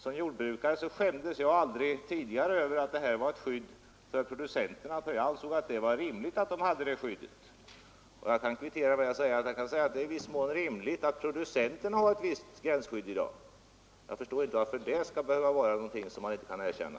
Som jordbrukare skämdes jag tidigare aldrig över att det här var ett skydd för producenterna, utan jag ansåg att det var rimligt att producenterna hade det skyddet. Jag kan också kvittera med att säga att det är i viss mån rimligt att konsumenterna har ett visst gränsskydd i dag. Jag förstår inte varför det skall behöva vara någonting som man inte kan erkänna.